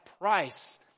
price